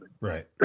right